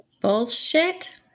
Bullshit